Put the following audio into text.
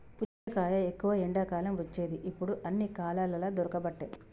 పుచ్చకాయ ఎక్కువ ఎండాకాలం వచ్చేది ఇప్పుడు అన్ని కాలాలల్ల దొరుకబట్టె